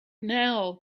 now